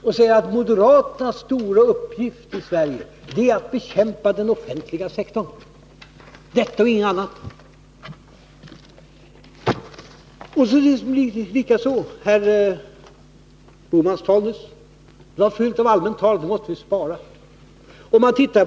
Det heter att moderaternas stora uppgift i Sverige, det är att bekämpa den offentliga sektorn — detta och inget annat. Likaså upptogs herr Bohmans anförande nyss — förutom allmänt tal — av anvisningar om att nu måste vi spara.